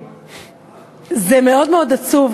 זה מאוד מאוד עצוב,